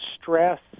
stress